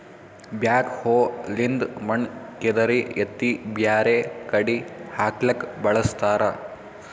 backhoe ಲಿಂದ್ ಮಣ್ಣ್ ಕೆದರಿ ಎತ್ತಿ ಬ್ಯಾರೆ ಕಡಿ ಹಾಕ್ಲಕ್ಕ್ ಬಳಸ್ತಾರ